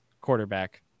quarterback